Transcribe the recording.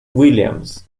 williams